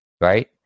right